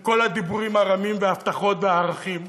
עם כל הדיבורים הרמים, וההבטחות והערכים.